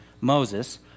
Moses